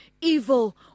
evil